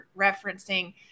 referencing